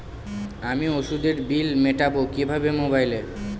আমি ওষুধের বিল মেটাব কিভাবে মোবাইলে?